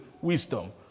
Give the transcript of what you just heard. wisdom